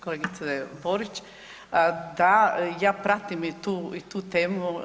Kolegice Borić, da ja pratim i tu temu.